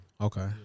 Okay